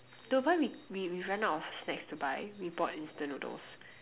though when we we ran out of snacks to buy we bought instant noodles